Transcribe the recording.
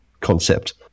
concept